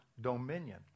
dominion